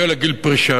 נכה מגיע לגיל פרישה,